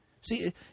see